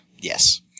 yes